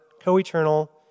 co-eternal